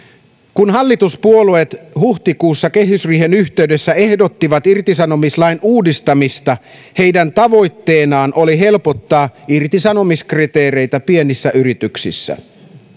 kun hallituspuolueet huhtikuussa kehysriihen yhteydessä ehdottivat irtisanomislain uudistamista heidän tavoitteenaan oli helpottaa irtisanomiskriteereitä pienissä yrityksissä